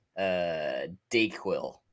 Dayquil